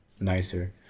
nicer